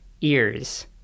ears